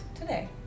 today